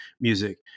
music